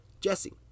Jesse